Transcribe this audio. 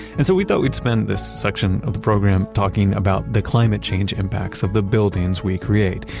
and so we thought we'd spend this section of the program talking about the climate change impacts of the buildings we create,